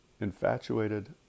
Infatuated